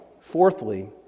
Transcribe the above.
Fourthly